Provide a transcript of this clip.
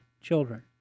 children